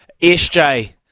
SJ